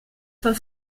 von